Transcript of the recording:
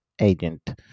agent